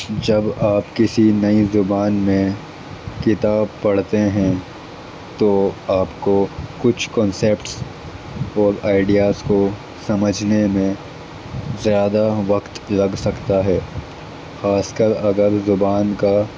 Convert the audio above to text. جب آپ کسی نئی زبان میں کتاب پڑھتے ہیں تو آپ کو کچھ کنسیپٹس اور آئیڈیاز کو سمجھنے میں زیادہ وقت لگ سکتا ہے خاص کر اگر زبان کا